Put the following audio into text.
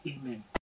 Amen